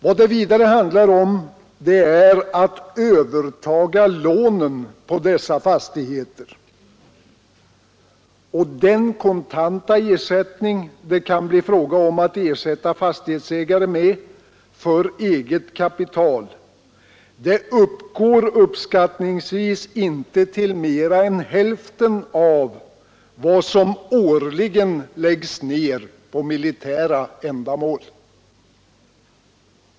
Vad det vidare handlar om är att övertaga lånen på dessa fastigheter, och den kontanta ersättning det kan bli fråga om att gottgöra fastighetsägare med för eget kapital uppgår uppskattningsvis inte till mera än hälften av vad som årligen läggs ned på militära ändamål.